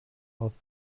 aus